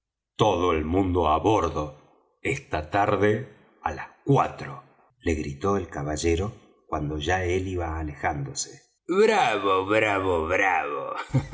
todo el mundo á bordo esta tarde á las cuatro le gritó el caballero cuando ya él iba alejándose bravo bravo bravo